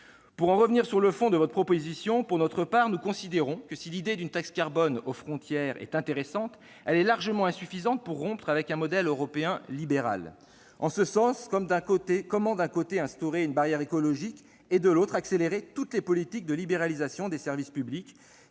Pour en revenir au fond de votre proposition, nous considérons pour notre part que, si l'idée d'une taxe carbone aux frontières est intéressante, elle est largement insuffisante pour rompre avec un modèle européen libéral. Comment d'un côté instaurer une barrière écologique et de l'autre accélérer tous les politiques de libéralisation des services publics,